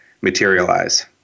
materialize